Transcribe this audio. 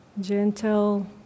Gentle